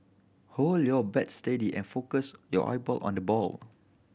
hold your bat steady and focus your eye ball on the ball